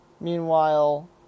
Meanwhile